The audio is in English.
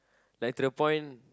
like to the point